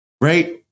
Right